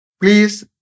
Please